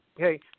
Okay